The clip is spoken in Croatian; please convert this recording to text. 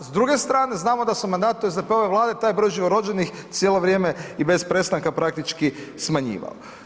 A s druge strane znamo da se u mandatu SDP-ove Vlade taj broj živorođenih cijelo vrijeme i bez prestanka praktički smanjivao.